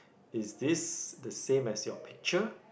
is this the same as your picture